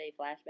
flashback